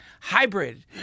hybrid